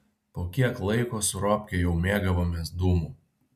po kiek laiko su robke jau mėgavomės dūmu